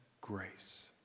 grace